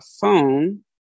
phone